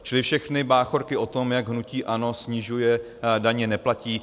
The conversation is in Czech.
Čili všechny báchorky o tom, jak hnutí ANO snižuje daně, neplatí.